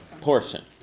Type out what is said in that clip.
portion